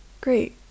Great